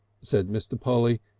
said mr. polly,